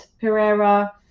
Pereira